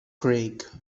craig